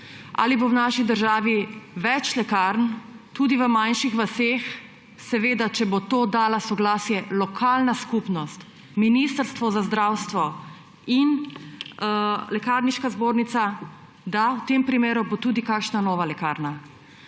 Ali bo v naši državi več lekarn tudi v manjših vaseh, seveda če bodo za to dali soglasje lokalna skupnost, Ministrstvo za zdravje in Lekarniška zbornica? Da, v tem primeru bo tudi kakšna nova lekarna.